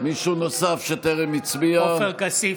עפר כסיף,